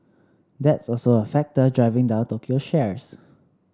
that's also a factor driving down Tokyo shares